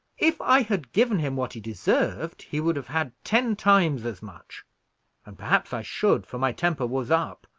if i had given him what he deserved, he would have had ten times as much and perhaps i should, for my temper was up,